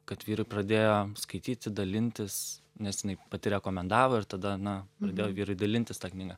kad vyrai pradėjo skaityti dalintis nes jinai pati rekomendavo ir tada na pradėjo vyrai dalintis ta knyga